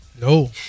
No